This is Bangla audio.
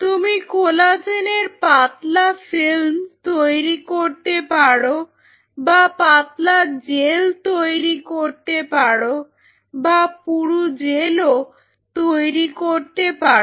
তুমি কোলাজেনের পাতলা ফিল্ম তৈরি করতে পারো বা পাতলা জেল তৈরি করতে পারো বা পুরু জেলও তৈরি করতে পারো